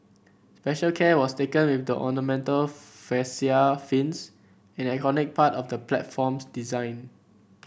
special care was taken with the ornamental fascia fins an iconic part of the platform's design